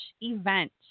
event